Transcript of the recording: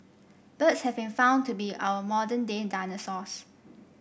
birds have been found to be our modern day dinosaurs